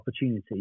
opportunity